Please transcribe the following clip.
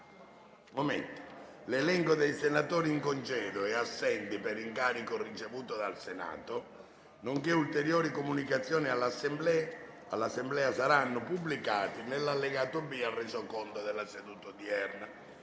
L'elenco dei senatori in congedo e assenti per incarico ricevuto dal Senato, nonché ulteriori comunicazioni all'Assemblea saranno pubblicati nell'allegato B al Resoconto della seduta odierna.